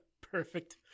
perfect